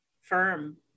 firm